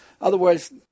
Otherwise